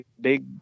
big